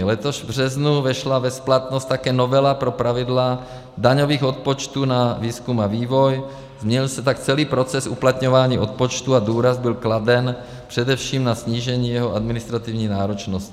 Letos v březnu vešla v platnost také novela pro pravidla daňových odpočtů na výzkum a vývoj, změnil se tak celý proces uplatňování odpočtů a důraz byl kladen především na snížení jeho administrativní náročnosti.